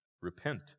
Repent